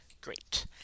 Great